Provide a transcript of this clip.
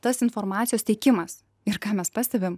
tas informacijos tiekimas ir ką mes pastebim